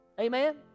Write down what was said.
Amen